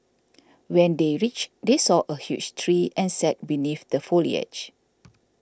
when they reached they saw a huge tree and sat beneath the foliage